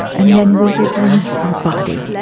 and then we would rinse our body.